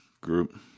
group